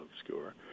obscure